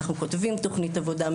אנחנו כותבים ומגישים תוכנית עבודה,